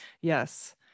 Yes